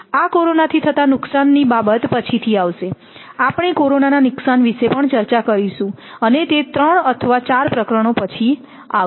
આ કોરોના થી થતા નુકસાનની બાબત પછીથી આવશે આપણે કોરોના નુકસાન વિશે પણ ચર્ચા કરીશું અને તે 3 અથવા 4 પ્રકરણો પછી આવશે